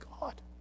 God